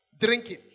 Drinking